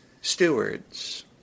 stewards